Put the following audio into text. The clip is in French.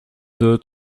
deux